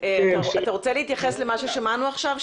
אתה רוצה להתייחס למה ששמענו עכשיו?